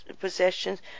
possessions